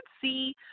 see